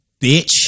bitch